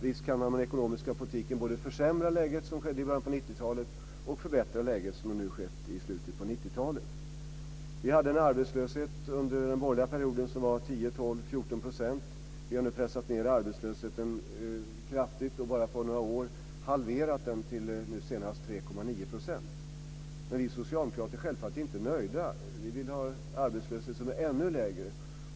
Visst kan man med den ekonomiska politiken både försämra läget, som skedde i början av 90-talet, och förbättra läget, som har skett nu i slutet av 90-talet. Vi hade en arbetslöshet under den borgerliga perioden som var 10-14 %. Vi har nu pressat ned arbetslösheten kraftigt och bara på några år halverat den till nu senast 3,9 %. Men vi socialdemokrater är självfallet inte nöjda. Vi vill ha en arbetslöshet som är ännu lägre.